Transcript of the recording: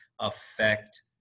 affect